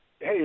Hey